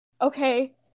Okay